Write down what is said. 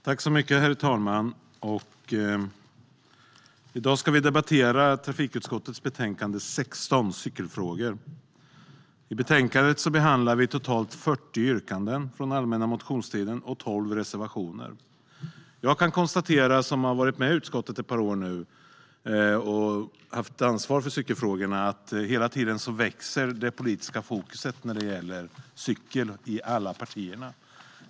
Herr talman! I dag debatterar vi trafikutskottets betänkande TU16 Cykelfrågor . I betänkandet behandlar vi totalt 40 yrkanden från allmänna motionstiden samt 12 reservationer. Jag som nu har varit med i utskottet i ett par år och har haft ansvar för cykelfrågorna kan konstatera att det politiska fokuset i alla partier hela tiden växer när det gäller cykel.